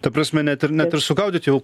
ta prasme net ir net ir sugaudyt jau